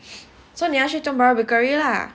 so 你要去 Tiong Bahru Bakery lah